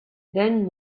then